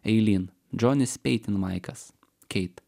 eilyn džonis peitinmaikas keit